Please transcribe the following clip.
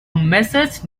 message